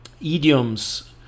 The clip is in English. idioms